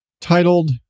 titled